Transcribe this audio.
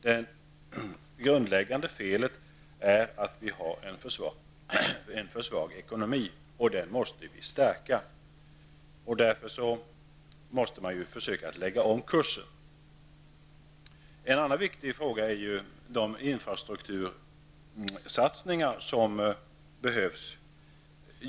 Det grundläggande felet är att vi har en för svag ekonomi, och den måste vi stärka. Man måste därför försöka lägga om kursen. En annan viktig fråga är vilka infrastruktursatsningar som behövs.